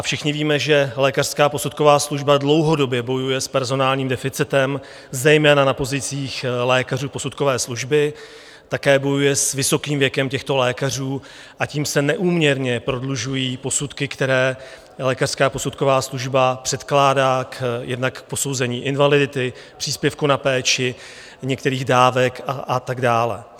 Všichni víme, že lékařská posudková služba dlouhodobě bojuje s personálním deficitem zejména na pozicích lékařů posudkové služby, také bojuje s vysokým věkem těchto lékařů, a tím se neúměrně prodlužují posudky, které lékařská posudková služba předkládá jednak k posouzení invalidity, příspěvku na péči, některých dávek a tak dále.